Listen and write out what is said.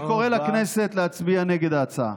אני קורא לכנסת להצביע נגד ההצעה.